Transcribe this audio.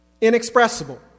Inexpressible